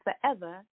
forever